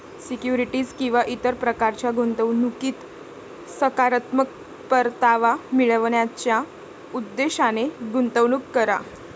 securities किंवा इतर प्रकारच्या गुंतवणुकीत सकारात्मक परतावा मिळवण्याच्या उद्देशाने गुंतवणूक करा